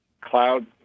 cloud